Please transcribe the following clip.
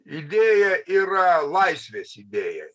idėja yra laisvės idėja